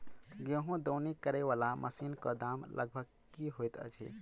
गेंहूँ दौनी करै वला मशीन कऽ दाम लगभग की होइत अछि?